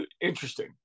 interesting